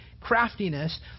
craftiness